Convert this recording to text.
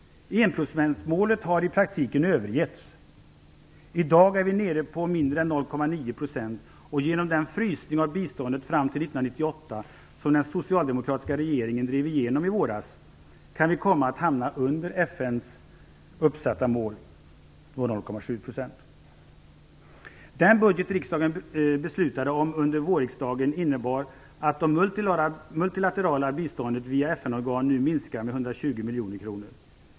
1-procentsmålet har i praktiken övergetts. I dag är vi nere på mindre än 0,9 %, och genom den frysning av biståndet fram till 1998 som den socialdemokratiska regeringen i våras drev igenom kan vi komma att hamna under FN:s uppsatta mål, 0,7 %. FN-organ nu minskar med 120 miljoner kronor.